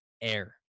Air